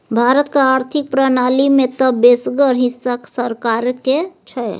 भारतक आर्थिक प्रणाली मे तँ बेसगर हिस्सा सरकारेक छै